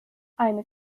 eine